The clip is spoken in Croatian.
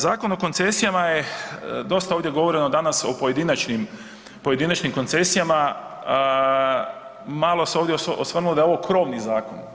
Zakon o koncesijama je, dosta je ovdje govoreno danas o pojedinačnim koncesijama, malo se ovdje osvrnuo da je ovo krovni zakon.